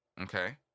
okay